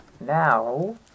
Now